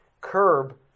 curb